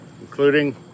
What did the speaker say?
including